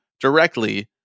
directly